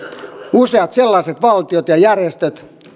useat sellaiset valtiot ja järjestöt